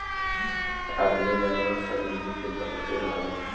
आदमी जनावर सब नदी के भरोसे रहलन